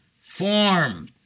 form